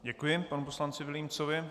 Děkuji panu poslanci Vilímcovi.